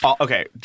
Okay